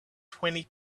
twenty